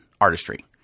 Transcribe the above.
artistry